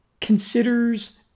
considers